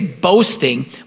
boasting